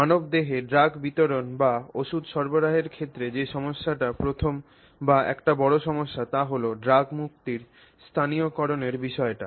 মানবদেহে ড্রাগ বিতরণ বা ওষধ সরবরাহের ক্ষেত্রে যে সমস্যাটি প্রথম বা একটি বড় সমস্যা তা হল ড্রাগ মুক্তির স্থানীয়করণের বিষয়টি